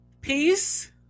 peace